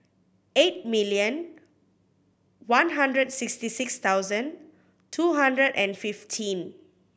eight million one hundred sixty six thousand two hundred and fifteen